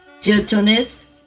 Gentleness